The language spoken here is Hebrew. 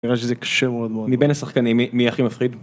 נראה שזה קשה מאוד, מבין השחקנים מי הכי מי הכי מפחיד.